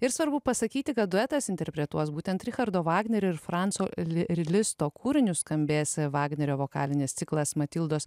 ir svarbu pasakyti kad duetas interpretuos būtent richardo vagnerio ir franco listo kūrinius skambės vagnerio vokalinis ciklas matildos